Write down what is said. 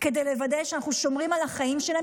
כדי לוודא שאנחנו שומרים על החיים שלהם